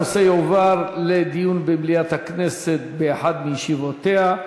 הנושא יועבר לדיון במליאת הכנסת באחת מישיבותיה.